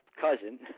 cousin